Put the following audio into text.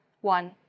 one